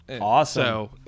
Awesome